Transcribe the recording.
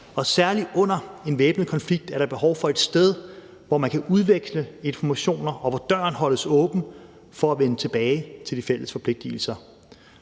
og særlig under en væbnet konflikt er der behov for et sted, hvor man kan udveksle informationer, og hvor døren holdes åben for at vende tilbage til de fælles forpligtigelser.